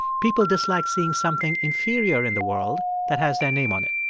people dislike seeing something inferior in the world that has their name on it